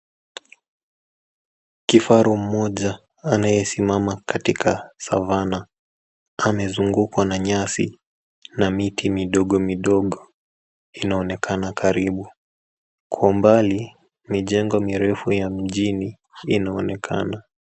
Kifaru mmoja anayesimama katika savannah amezungukwa na nyasi na miti midogo midogo. Inaonekana karibu. Kwa umbali mijengo mirefu ya mjini inaonekana.